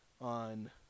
on